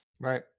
Right